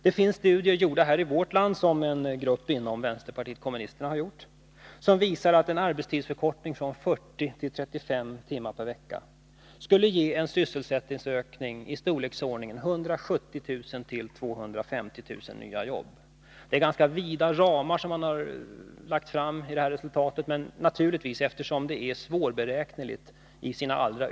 Det finns studier gjorda här i vårt land — av en grupp inom vänsterpartiet kommunisterna — som visar att en arbetstidsförkortning från 40 till 35 timmar per vecka skulle ge en sysselsättningsökning i storleksordningen 170 000-250 000 nya jobb. Ramarna är naturligtvis ganska vida, eftersom de allra yttersta konsekvenserna är svårberäkneliga.